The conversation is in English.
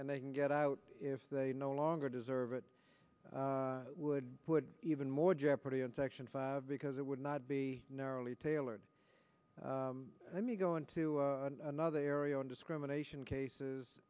and they can get out if they no longer deserve it would put even more jeopardy on section five because it would not be narrowly tailored let me go on to another area on discrimination cases